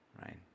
right